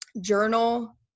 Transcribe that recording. journal